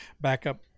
backup